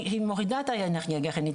היא מורידה את האנרגיה הגרעינית,